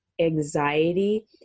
anxiety